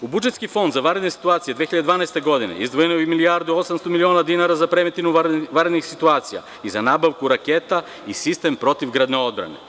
U budžetski fond za vanredne situacije 2012. godine izdvojeno je milijardu i 800 miliona dinara za prevenciju vanrednih situacija i za nabavku raketa i sistem protivgradne odbrane.